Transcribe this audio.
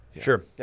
Sure